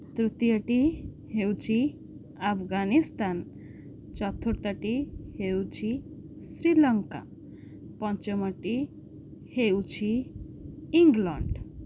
ତୃତୀୟଟି ହେଉଛି ଆଫ୍ଗାନିସ୍ତାନ୍ ଚତୁର୍ଥଟି ହେଉଛି ଶ୍ରୀଲଙ୍କା ପଞ୍ଚମଟି ହେଉଛି ଇଂଲଣ୍ଡ୍